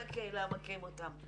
של הקהילה, מכים אותן.